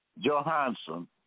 Johansson